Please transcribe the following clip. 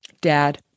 dad